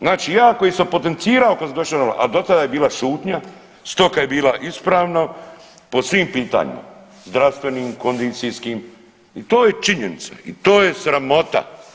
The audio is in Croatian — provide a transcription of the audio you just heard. Znači ja koji sam potencirao… [[Govornik se ne razumije]] a do tada je bila šutnja, stoka je bila ispravna po svim pitanjima, zdravstvenim, kondicijskim i to je činjenica i to je sramota.